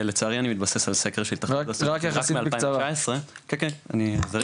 לצערי אני מתבסס על סקר --- משנת 2019 ואני אעשה את זה זריז.